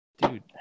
dude